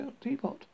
teapot